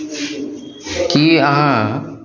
की अहाँ